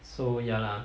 so ya lah